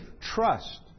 trust